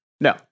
No